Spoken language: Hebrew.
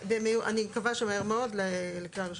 -- אני מקווה שמהר מאוד לקריאה ראשונה.